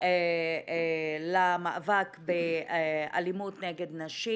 למאבק באלימות נגד נשים.